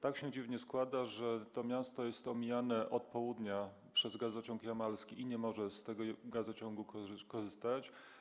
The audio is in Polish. Tak się dziwnie składa, że to miasto jest omijane od południa przez gazociąg jamalski i nie może z tego gazociągu korzystać.